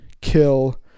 kill